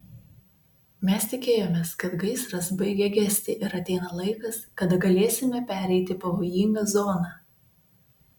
mes tikėjomės kad gaisras baigia gesti ir ateina laikas kada galėsime pereiti pavojingą zoną